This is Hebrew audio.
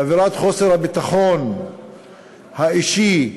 באווירת חוסר הביטחון האישי הקיימת,